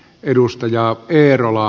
edustaja eerola